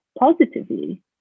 positively